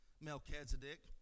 Melchizedek